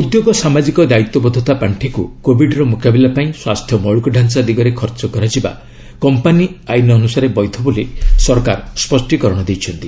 ଉଦ୍ୟୋଗ ସାମାଜିକ ଦାୟିତ୍ୱବୋଧତା ପାର୍ଷିକୁ କୋବିଡ୍ର ମୁକାବିଲା ପାଇଁ ସ୍ୱାସ୍ଥ୍ୟ ମୌଳିକ ଢାଞ୍ଚା ସୃଷ୍ଟି ଦିଗରେ ଖର୍ଚ୍ଚ କରାଯିବା କମ୍ପାନୀ ଆଇନ୍ ଅନୁସାରେ ବୈଧ ବୋଲି ସରକାର ସ୍ୱଷ୍ଟିକରଣ ଦେଇଛନ୍ତି